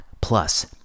plus